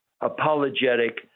apologetic